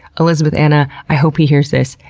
elizabethanna, i hope he hears this,